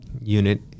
unit